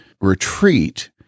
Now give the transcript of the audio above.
retreat